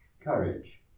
Courage